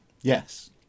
Yes